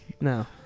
No